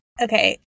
Okay